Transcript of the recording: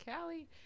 callie